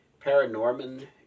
Paranorman